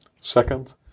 Second